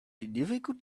difficult